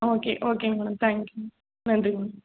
okay ஓகேங்க madam thank you நன்றி ma'am